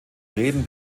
reden